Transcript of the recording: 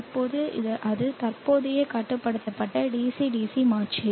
இப்போது அது தற்போதைய கட்டுப்படுத்தப்பட்ட DC DC மாற்றி